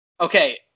Okay